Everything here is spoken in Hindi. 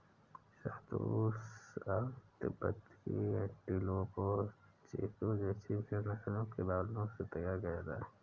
शहतूश शॉल तिब्बती एंटीलोप और चिरु जैसी भेड़ नस्लों के बालों से तैयार किया जाता है